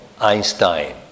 Einstein